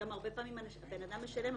הרבה פעמים אדם משלם,